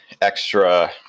extra